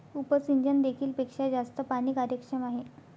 उपसिंचन देखील पेक्षा जास्त पाणी कार्यक्षम आहे